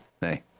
hey